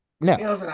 No